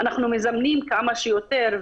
אנחנו מזמנים כמה שיותר,